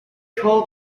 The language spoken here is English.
called